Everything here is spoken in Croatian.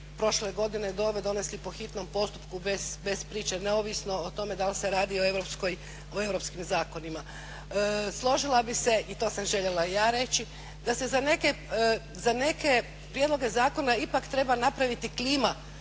prošle godine donesli po hitnom postupku bez priče, neovisno o tome dal se radi o europskim zakonima. Složila bih se i to sam željela i ja reći da se za neke prijedloge zakona ipak treba napraviti klima